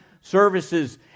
services